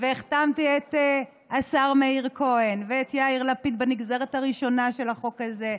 והחתמתי את השר מאיר כהן ואת יאיר לפיד בנגזרת הראשונה של החוק הזה,